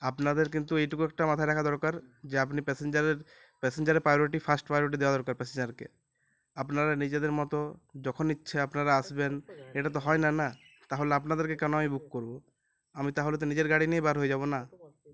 আপনাদের কিন্তু এইটুকু একটা মাথায় রাখা দরকার যে আপনি প্যাসেঞ্জের প্যাসেঞ্জারের প্রায়োরিটি ফার্স্ট প্রায়োরিটি দেওয়া দরকার প্যাসেঞ্জারকে আপনারা নিজেদের মতো যখন ইচ্ছে আপনারা আসবেন এটা তো হয় না না তাহলে আপনাদেরকে কেন আমি বুক করবো আমি তাহলে তো নিজের গাড়ি নিয়েই বার হয়ে যাবো না